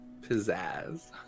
Pizzazz